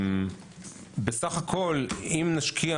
בסך הכול אם נשקיע